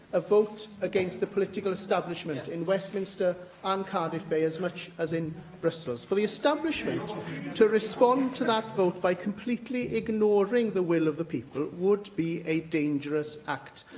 a vote against the political establishment in westminster and cardiff bay as much as in brussels. for the establishment to respond to that vote by completely ignoring the will of the people would be a dangerous act,